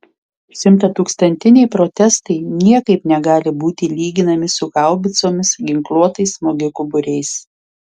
šimtatūkstantiniai protestai niekaip negali būti lyginami su haubicomis ginkluotais smogikų būriais